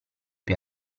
più